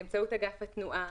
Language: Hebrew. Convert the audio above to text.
באמצעות אגף התנועה,